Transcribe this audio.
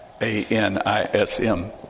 A-N-I-S-M